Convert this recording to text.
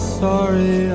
sorry